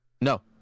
No